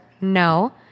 no